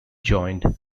joined